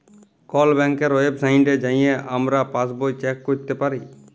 call ব্যাংকের ওয়েবসাইটে যাঁয়ে আমরা পাসবই চ্যাক ক্যইরতে পারি